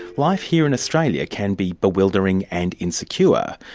life here in australia can be bewildering and insecure.